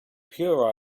pure